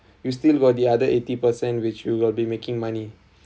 you still got the other eighty percent which you will be making money